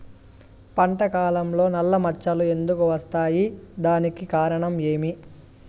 పంట కాలంలో నల్ల మచ్చలు ఎందుకు వస్తాయి? దానికి కారణం ఏమి?